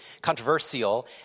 controversial